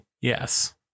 Yes